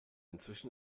inzwischen